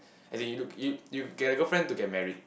as in you look you you get a girlfriend to get married